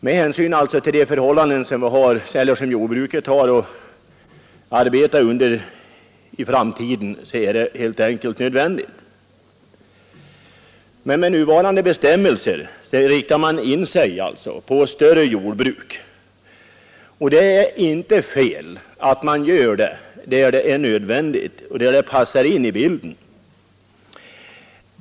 Med hänsyn till de förhållanden som jordbruket har att arbeta under i framtiden är den helt enkelt nödvändig. Med nuvarande bestämmelser riktar man emellertid in sig på större jordbruk. Och det är inte fel att man gör det, där det är nödvändigt och där de större jordbruken passar in i bilden.